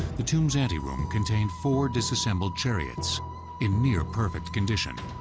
the tomb's anteroom contained four disassembled chariots in near-perfect condition.